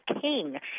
King